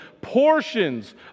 portions